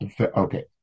Okay